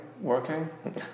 working